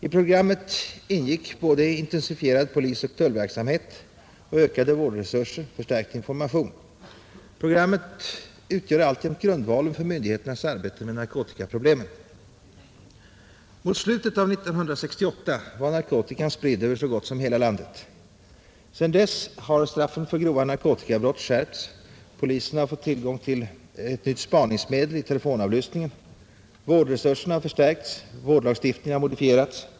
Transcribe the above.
I programmet ingick såväl intensifierad polisoch tullverksamhet som ökade vårdresurser och förstärkt information. Programmet utgör alltjämt grundvalen för myndigheternas arbete med narkotikaproblemen. Mot slutet av år 1968 var narkotika spridd över så gott som hela landet. Sedan dess har straffen för grova narkotikabrott skärpts och polisen fått tillgång till ett nytt spaningsmedel i telefonavlyssningen. Vårdresurserna har förstärkts och vårdlagstiftningen har modifierats.